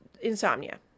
insomnia